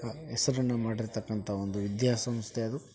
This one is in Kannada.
ಹೆಸರನ್ನ ಮಾಡಿರತಕ್ಕಂಥ ಒಂದು ವಿದ್ಯಾ ಸಂಸ್ಥೆ ಅದು